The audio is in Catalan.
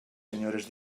senyores